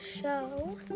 show